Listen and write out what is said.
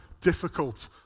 difficult